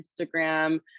Instagram